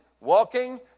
walking